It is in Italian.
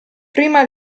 prima